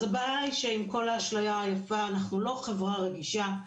אז הבעיה היא שעם כל האשליה היפה אנחנו לא חברה רגישה,